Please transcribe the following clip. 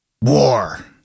War